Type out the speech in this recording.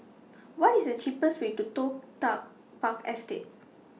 What IS The cheapest Way to Toh Tuck Park Estate